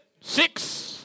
Six